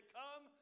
come